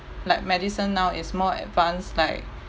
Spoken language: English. like medicine now is more advanced like